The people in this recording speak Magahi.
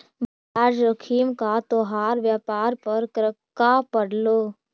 बाजार जोखिम का तोहार व्यापार पर क्रका पड़लो